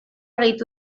gehitu